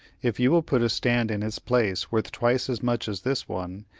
if you will put a stand in its place worth twice as much as this one,